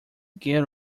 get